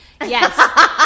Yes